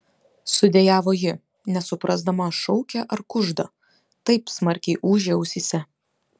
sudejavo ji nesuprasdama šaukia ar kužda taip smarkiai ūžė ausyse